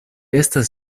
estas